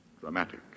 Dramatic